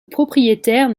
propriétaire